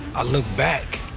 i looked back.